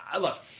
look